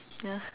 ya